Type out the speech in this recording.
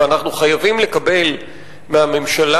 ואנחנו חייבים לקבל מהממשלה,